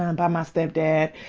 um by my stepdad,